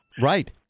Right